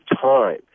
time